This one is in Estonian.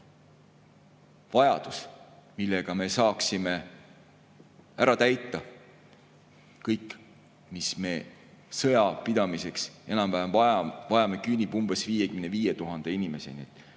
suurus], millega me saaksime ära [teha] kõik, mida me sõja pidamiseks enam-vähem vajame, küündib umbes 55 000 inimeseni.